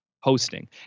hosting